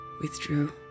Withdrew